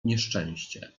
nieszczęście